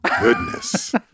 goodness